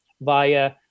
via